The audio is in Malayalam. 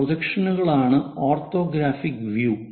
ഈ പ്രൊജക്ഷനുകളാണ് ഓർത്തോഗ്രാഫിക് വ്യൂ